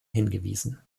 hingewiesen